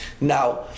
now